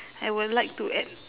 I will like to add